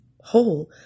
whole